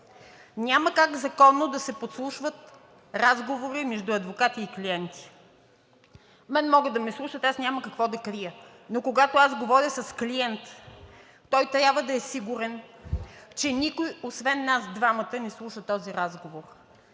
Няма как законно да се подслушват разговори между адвокати и клиенти. Мен могат да ме слушат, аз няма какво да крия. Но когато аз говоря с клиент, той трябва да е сигурен, че никой освен нас двамата не слуша този разговор.